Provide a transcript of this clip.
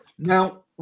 Now